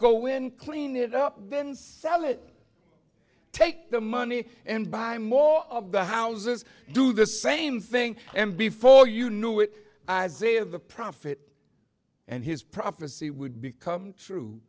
when cleaning it up then sell it take the money and buy more of the houses do the same thing and before you knew it i say of the prophet and his prophecy would become true